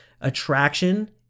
Attraction